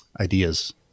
ideas